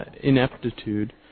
ineptitude